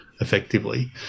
effectively